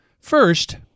First